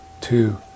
two